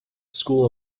school